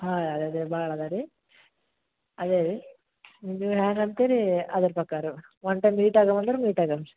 ಹಾಂ ಅದು ಅದೇ ಭಾಳ ಇದೆ ರೀ ಅದೇ ರೀ ನೀವು ಹ್ಯಾಂಗೆ ಅಂತೀರಿ ಅದರ ಪ್ರಕಾರ ವನ್ ಟೈಮ್ ಮೀಟ್ ಆಗೋಣ ಅಂದ್ರೆ ಮೀಟ್ ಆಗಣ